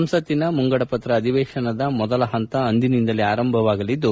ಸಂಸತ್ತಿನ ಮುಂಗಡ ಪತ್ರ ಅಧಿವೇಶನದ ಮೊದಲ ಹಂತ ಅಂದಿನಿಂದಲೇ ಆರಂಭವಾಗಲಿದ್ದು